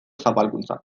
zapalkuntza